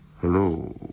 Hello